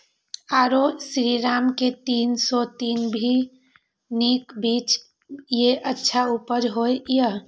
आरो श्रीराम के तीन सौ तीन भी नीक बीज ये अच्छा उपज होय इय?